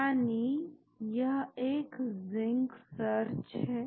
यानी यह एक जिंक सर्च है